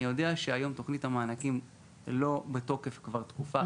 אני יודע שהיום תוכנית המענקים לא בתוקף כבר תקופה,